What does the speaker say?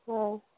हय